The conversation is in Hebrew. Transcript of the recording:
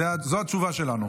זו התשובה שלנו.